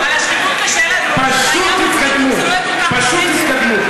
פשוט תתקדמו.